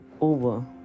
over